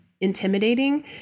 intimidating